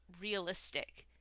realistic